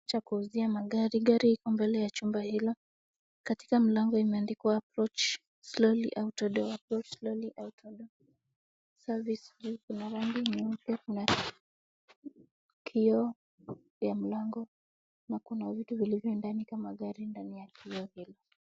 Cha kuuzia magari. Gari iko mbele ya chumba hilo. Katika mlango imeandikwa approach slowly auto door, approach slowly auto door service due. Kuna rangi nyeupe, kuna kioo ya mlango na kuna vitu vilivyo ndani kama gari ndani ya kioo hilo.